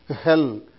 hell